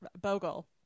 Bogle